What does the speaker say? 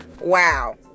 Wow